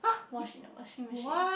wash it in the washing machine